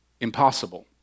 impossible